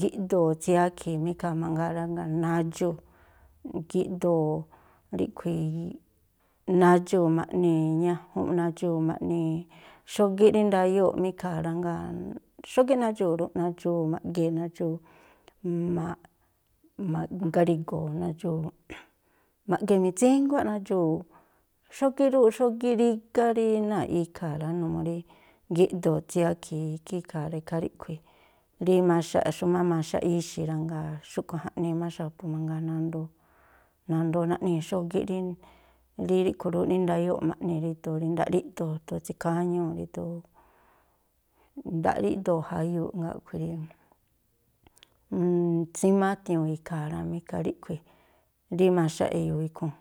gíꞌdoo̱ tsiakhi̱i̱ má ikhaa̱ mangaa rá, jngáa̱ nadxuu̱, gíꞌdoo̱ ríꞌkhui̱ nadxuu̱ ma̱ꞌnii̱ ñajunꞌ nadxuu̱ ma̱ꞌnii̱ xógíꞌ rí ndayóo̱ꞌ má ikhaa̱ rá. Jngáa̱ xógíꞌ nadxuu̱ rúꞌ. Nadxuu̱ ma̱ꞌgee̱ nadxuu̱, ma̱ꞌ ma̱ngari̱go̱o̱ nadxuu̱, ma̱ꞌge mitsínguá nadxuu̱, xógíꞌ rúꞌ, xógíꞌ rígá rí náa̱ꞌ ikhaa̱ rá numuu rí gíꞌdoo̱ tsiakhi̱i̱ ikhí ikhaa̱ rá. Ikhaa ríꞌkhui̱ rí maxaꞌ xúmá maxaꞌ ixi̱ rá, ngáa̱ xúꞌkhui̱ jaꞌnii má xa̱bu̱ mangaa nandoo, nandoo naꞌnii̱ xógíꞌ rí ríꞌkhui̱ rúꞌ rí ndayóo̱ꞌ ma̱ꞌnii̱ rído̱o̱ rí nda̱a̱ꞌ rí iꞌdo̱o̱, ndo̱o̱ tsíkháñúu̱ rído̱o̱, nda̱a̱ꞌ rí iꞌdoo̱ jayuuꞌ, jngáa̱ a̱ꞌkhui̱ rí tsímáá a̱tiuu̱n ikhaa̱ rá mí. Ikhaa ríꞌkhui̱ rí maxaꞌ e̱yo̱o̱ ikhúún.